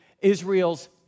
Israel's